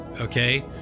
okay